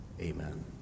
Amen